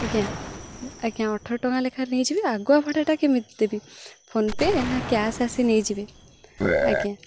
ଆଜ୍ଞା ଆଜ୍ଞା ଅଠର ଟଙ୍କା ଲେଖାଁ ନେଇଯିବେ ଆଗୁଆ ଭଡ଼ାଟା କେମିତି ଦେବି ଫୋନ୍ ପେ ନା କ୍ୟାସ୍ ଆସି ନେଇଯିବେ ଆଜ୍ଞା